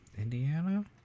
Indiana